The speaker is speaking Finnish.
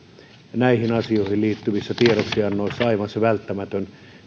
näihin asioihin liittyvissä kuntien tiedoksiannoissa aivan se välttämätön